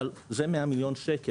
אבל זה 100 מיליון שקל,